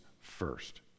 first